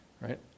Right